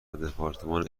دپارتمان